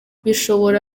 bishobora